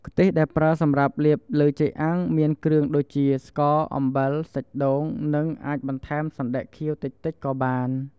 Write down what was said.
ខ្ទិះដែលប្រើសម្រាប់លាបលើចេកអាំង មានគ្រឿងដូចជាស្ករ អំបិល សាច់ដូង និងអាចបន្ថែមសណ្តែកខៀវតិចៗក៏បាន។